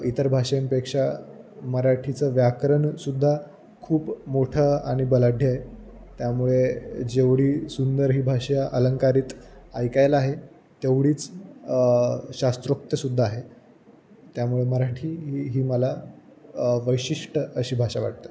इतर भाषांपेक्षा मराठीचं व्याकरणसुद्धा खूप मोठं आणि बलाढ्य आहे त्यामुळे जेवढी सुंदर ही भाषा अलंंकारित ऐकायला आहे तेवढीच शास्त्रोक्तसुद्धा आहे त्यामुळे मराठी ही ही मला वैशिष्ट्य अशी भाषा वाटतं